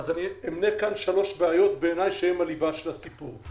אמנה כאן שלוש בעיות בעיניי שהן הליבה של הסיפור.